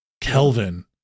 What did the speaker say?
Kelvin